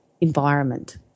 environment